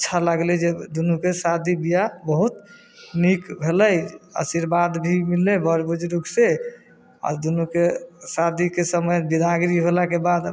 अच्छा लागलै जे दुनूके शादी विवाह बहुत नीक भेलै आशीर्बाद भी मिललै बर बुजुर्ग से आ दुनूके शादीके समय बिदागरी होलाके बाद